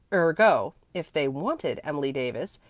ergo, if they wanted emily davis,